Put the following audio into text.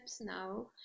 now